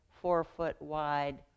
four-foot-wide